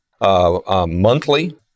monthly